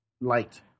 light